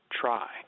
try